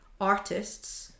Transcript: artists